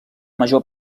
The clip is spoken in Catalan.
major